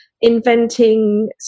inventing